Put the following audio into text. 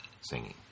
singing